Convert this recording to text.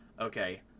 Okay